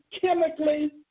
chemically